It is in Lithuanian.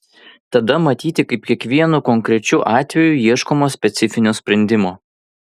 tada matyti kaip kiekvienu konkrečiu atveju ieškoma specifinio sprendimo